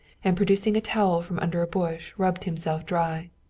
and producing a towel from under a bush rubbed himself dry.